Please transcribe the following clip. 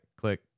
click